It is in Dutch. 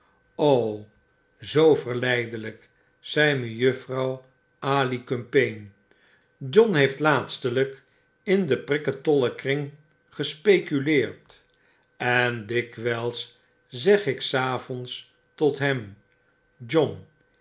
zoo verleidelgk zei mejuffrouw alicumpaine john heeft laatstelgk in den priktollenkring gespeculeerd endikwglszegik s avonds tot hem john